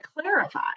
clarify